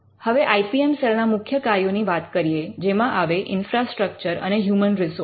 હવે I P M cell ના મુખ્ય કાર્યોની વાત કરીએ જેમાં આવે ઈન્ફ્રાસ્ટ્રક્ચર અને હ્યુમન રિસોર્સ